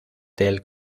del